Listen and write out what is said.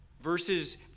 Verses